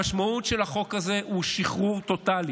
המשמעות של החוק הזה היא שחרור טוטלי